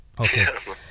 Okay